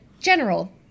general